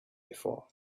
before